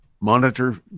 monitor